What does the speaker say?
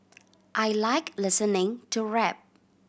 I like listening to rap